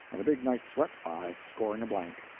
and the big knight swept by, scoring a blank.